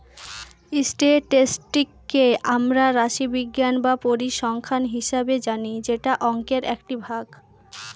স্ট্যাটিসটিককে আমরা রাশিবিজ্ঞান বা পরিসংখ্যান হিসাবে জানি যেটা অংকের একটি ভাগ